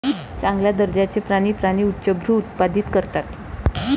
चांगल्या दर्जाचे प्राणी प्राणी उच्चभ्रू उत्पादित करतात